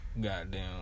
goddamn